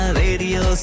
radio